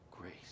grace